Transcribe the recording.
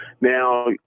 now